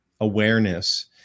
awareness